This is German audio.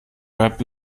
web